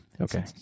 Okay